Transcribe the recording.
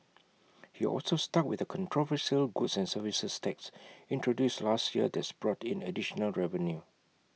he also stuck with A controversial goods and services tax introduced last year that's brought in additional revenue